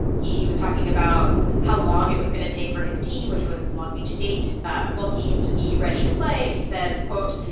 he was talking about how long it was going to take for his team, which was long beach state football team, to be ready to play and he says, quote,